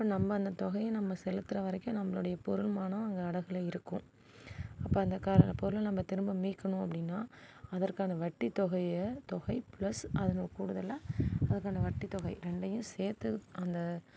அப்போ நம்ம அந்த தொகையை நம்ம செலுத்துகிற வரைக்கும் நம்மளுடைய பொருள் மானம் அங்கே அடகில் இருக்கும் அப்போ அந்த க பொருளை நம்ம திரும்ப மீட்கணும் அப்படினா அதற்கான வட்டி தொகையை தொகை பிளஸ் அதுன்னு கூடுதலாக அதற்கான வட்டி தொகை ரெண்டையும் சேர்த்து அந்த